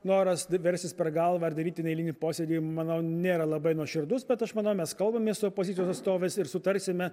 noras verstis per galvą ar daryti neeilinį posėdį manau nėra labai nuoširdus bet aš manau mes kalbamės su opozicijos atstovais ir sutarsime